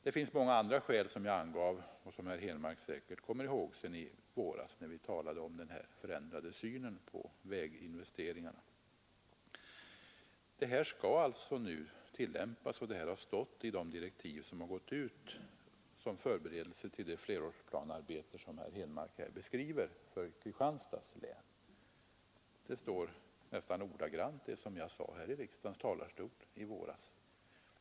Det finns många andra skäl som jag angav och som herr Henmark säkerligen också kommer ihåg från diskussionen i våras om denna förändrade syn på väginvesteringarna. Dessa tankar skall alltså nu tillämpas, och de har återgivits i de direktiv vilka gått ut som förberedelse till det flerårsplanearbete som herr Henmark nu beskriver för Kristianstads län. Det är nästan ordagrant detsamma som det som jag anförde från kammarens talarstol i våras.